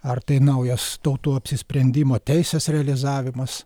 ar tai naujas tautų apsisprendimo teisės realizavimas